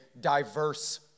diverse